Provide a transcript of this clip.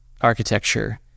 architecture